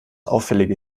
auffällige